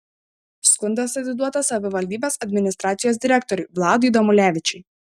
skundas atiduotas savivaldybės administracijos direktoriui vladui damulevičiui